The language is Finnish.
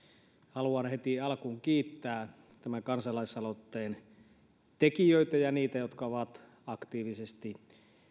haluan heti alkuun kiittää tämän kansalaisaloitteen tekijöitä ja niitä jotka ovat aktiivisesti